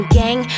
gang